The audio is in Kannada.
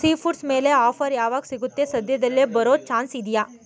ಸೀ ಫುಡ್ಸ್ ಮೇಲೆ ಆಫರ್ ಯಾವಾಗ ಸಿಗುತ್ತೆ ಸದ್ಯದಲ್ಲೇ ಬರೋ ಚಾನ್ಸ್ ಇದೆಯಾ